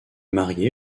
mariée